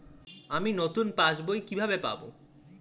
আমি নতুন পাস বই কিভাবে পাব?